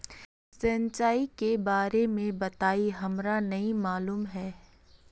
सिंचाई के बारे में बताई हमरा नय मालूम है?